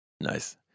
nice